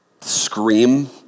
scream